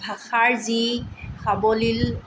ভাষাৰ যি সাৱলীল